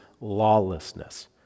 lawlessness